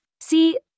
See